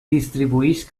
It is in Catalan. distribueix